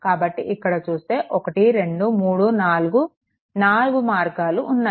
కాబట్టి ఇక్కడ చూస్తే 1 2 3 4 నాలుగు మార్గాలు ఉన్నాయి